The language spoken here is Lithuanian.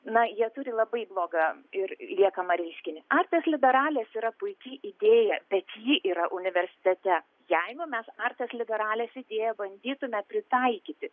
na jie turi labai blogą ir liekamą reiškinį artes liberales yra puiki idėja bet ji yra universitete jeigu mes artes liberales idėją bandytume pritaikyti